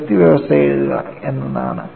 അതിർത്തി വ്യവസ്ഥ എഴുതുക എന്നതാണ്